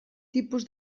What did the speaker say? tipus